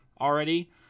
already